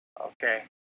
Okay